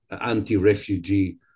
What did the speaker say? anti-refugee